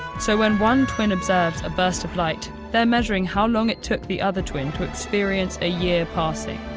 so when one twin observes a burst of light, they're measuring how long it took the other twin to experience a year passing,